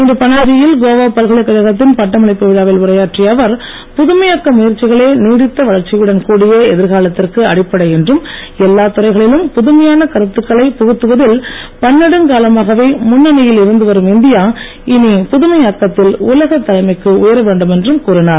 இன்று பனாஜி யில் கோவா பல்கலைக்கழகத்தின் பட்டமளிப்பு விழாவில் உரையாற்றிய அவர் புதுமையாக்க முயற்சிகளே நீடித்த வளர்ச்சியுடன் கூடிய எதிர்காலத்திற்கு அடிப்படை என்றும் எல்லாத் துறைகளிலும் புதுமையான கருத்துக்களைப் புகுத்துவதில் பன்னெடுங்காலமாகவே முன்னணியில் இருந்து வரும் இந்தியா இனி புதுமையாக்கத்தில் உலகத் தலைமைக்கு உயர வேண்டும் என்றும் கூறினார்